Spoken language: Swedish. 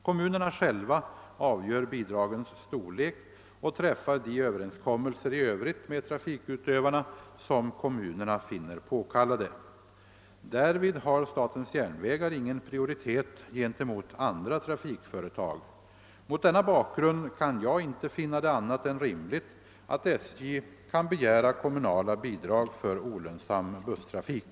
Kommunerna själva avgör bidragens storlek och träffar de överenskommelser i övrigt med trafikutövarna, som kommunerna finner påkallade. Därvid har SJ ingen prioritet gentemot andra trafikföretag. Mot den na bakgrund kan jag inte finna det annat än rimligt att SJ kan begära kommunala bidrag för olönsam busstrafik.